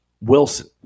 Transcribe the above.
Wilson